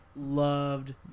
Loved